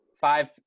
Five